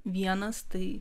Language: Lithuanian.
vienas tai